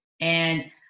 and-